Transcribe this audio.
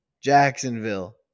Jacksonville